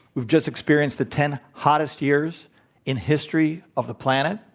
we've just experienced the ten hottest years in history of the planet.